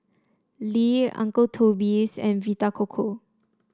Lee Uncle Toby's and Vita Coco